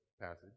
passage